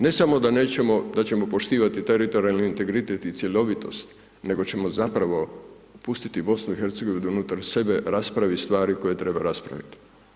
Ne samo da ćemo poštivati teritorijalni integritet i cjelovitost nego ćemo zapravo pustiti BiH da unutar sebe raspravi stvari koje treba raspraviti.